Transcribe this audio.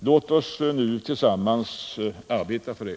Låt oss nu tillsammans arbeta för det!